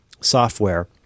software